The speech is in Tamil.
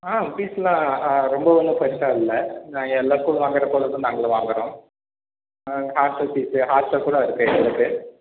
ஆ பீஸ்லாம் ரொம்ப ஒன்னும் பெருசாக இல்லை எல்லா ஸ்கூலும் வாங்கறப் போல தான் நாங்களும் வாங்கறோம் ஹாஸ்டல் ஃபீஸு ஹாஸ்டல் கூட வருது உங்களுக்கு